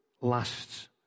lasts